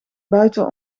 buiten